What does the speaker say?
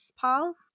Paul